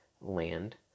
land